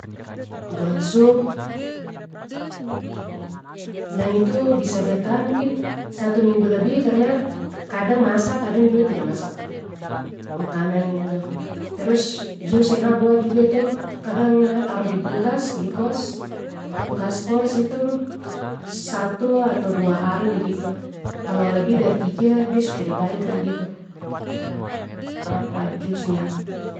Buat sup. Dan itu bisa bertahan mungkin satu minggu lebih karna kadang masak kadang juga tida masak, makanan itu, terus jus yang ha buat juga itu kadang ha taruh di kulkas di kos kulkas kos itu, satu atau dua hari begitu, kalo lebih dari tiga de sudah tida baik lagi itu jusnya.